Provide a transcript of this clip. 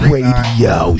Radio